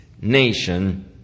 nation